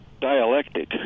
dialectic